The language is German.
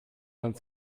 sand